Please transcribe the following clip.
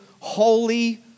holy